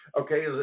Okay